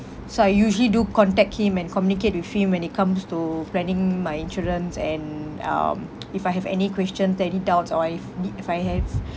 so I usually do contact him and communicate with him when it comes to planning my insurance and um if I have any question any doubts or if nee~ if I have